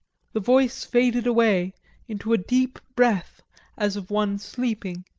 the voice faded away into a deep breath as of one sleeping,